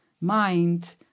mind